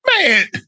Man